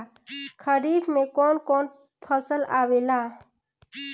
खरीफ में कौन कौन फसल आवेला?